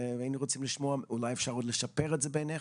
והיינו רוצים לשמוע אולי אפשרות לשפר את זה ביניכם,